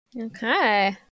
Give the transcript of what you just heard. Okay